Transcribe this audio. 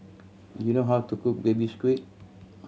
do you know how to cook Baby Squid